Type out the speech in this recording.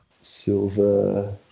silver